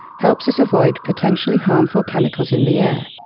helps us avoid potentially harmful chemicals in the air.